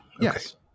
Yes